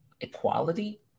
equality